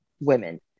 women